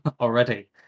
already